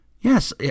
Yes